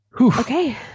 okay